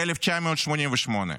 ב-1988.